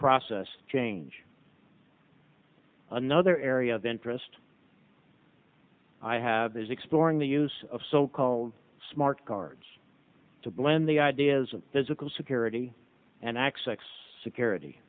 process change another area of interest i have is exploring the use of so called smart cards to blend the ideas of physical security and x x security